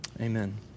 Amen